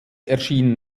erschien